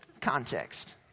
Context